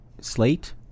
Slate